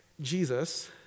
Jesus